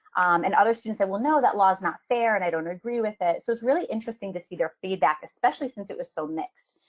and other students, they will know that law is not fair, and i don't agree with it. so it's really interesting to see their feedback, especially since it was so mixed.